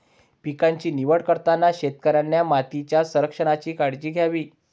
पिकांची निवड करताना शेतकऱ्याने मातीच्या संरक्षणाची काळजी घ्यावी